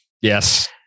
yes